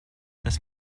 dass